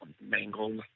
mangled